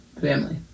family